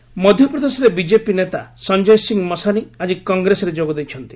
ମସାନୀ କଂଗ୍ରେସ ମଧ୍ୟପ୍ରଦେଶରେ ବିଜେପି ନେତା ସଞ୍ଜୟ ସିଂ ମସାନୀ ଆଜି କଂଗ୍ରେସରେ ଯୋଗ ଦେଇଛନ୍ତି